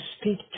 speak